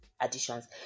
additions